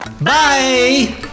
Bye